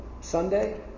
Sunday